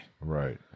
Right